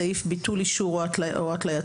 סעיף ביטול אישור או התלייתו,